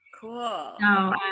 cool